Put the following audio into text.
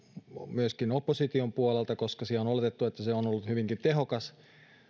myöskin opposition puolelta koska siellä on oletettu että se on ollut hyvinkin tehokas